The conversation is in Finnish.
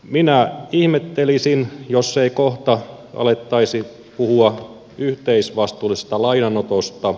minä ihmettelisin jos ei kohta alettaisi puhua yhteisvastuullisesta lainanotosta